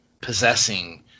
possessing